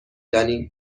دانیم